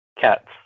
Cats